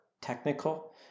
technical